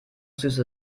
süße